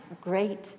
great